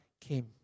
came